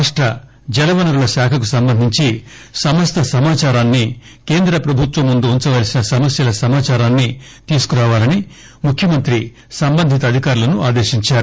రాష్ట జలవనరుల శాఖకు సంబంధించి సమస్త సమాచారాన్ని కేంద్రప్రభుత్వం ముందు ఉంచవలసిన సమస్యల సమాచారాన్ని తీసుకురావాలని ముఖ్యమంత్రి సంబంధిత అధికారులను ఆదేశించారు